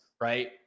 right